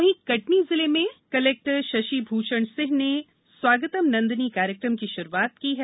वहीं कटनी जिले में कलेक्टर शशि भूषण सिंह ने स्वागतम नंदिनी कार्यक्रम की शुरूआत की है